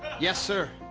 yes, sir.